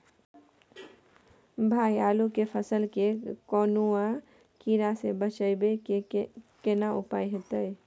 भाई आलू के फसल के कौनुआ कीरा से बचाबै के केना उपाय हैयत?